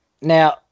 Now